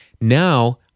Now